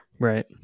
Right